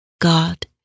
God